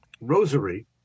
rosary